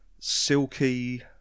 Silky